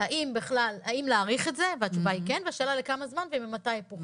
האם להאריך את זה והתשובה היא כן והשאלה לכמה זמן וממתי היפוך הנטל.